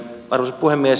arvoisa puhemies